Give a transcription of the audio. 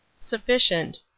Sufficient